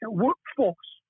workforce